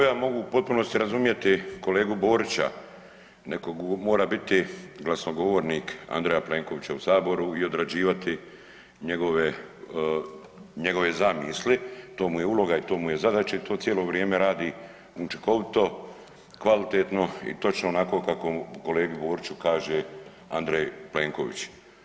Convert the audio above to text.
Kolega Petrov ja mogu u potpunosti razumjeti kolegu Borića, neko mora biti glasnogovornik Andreja Plenkovića u Saboru i odrađivati njegove zamisli, to mu je uloga, to mu je zadaća i to cijelo vrijeme radi učinkovito, kvalitetno i točno kako kolegi Boriću kaže Andrej Plenković.